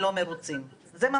ויש כאלה שלא.